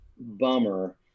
bummer